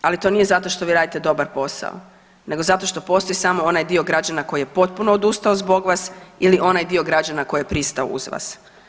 Ali to nije zato što vi radite dobar posao nego zato što postoji samo onaj dio građana koji je potpuno odustao zbog vas ili je onaj dio građana koji je pristao uz vas.